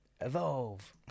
Evolve